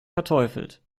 verteufelt